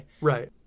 right